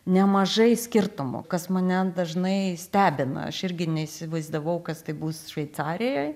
nemažai skirtumų kas mane dažnai stebina aš irgi neįsivaizdavau kas tai bus šveicarijoj